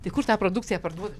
tai kur tą produkciją parduodat